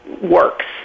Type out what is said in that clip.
works